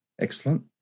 Excellent